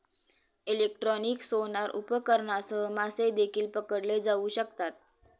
electronic sonar उपकरणांसह मासे देखील पकडले जाऊ शकतात